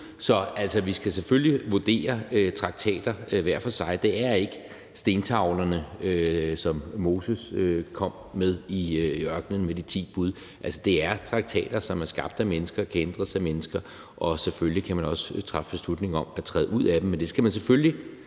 Så vi skal selvfølgelig vurdere traktater hver for sig. Det er ikke stentavlerne med de ti bud, som Moses kom med i ørkenen. Det er traktater, som er skabt af mennesker og kan ændres af mennesker, og selvfølgelig kan man også træffe beslutning om at træde ud af dem.